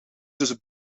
tussen